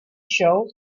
show